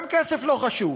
גם כסף לא חשוב.